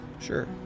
sure